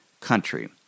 country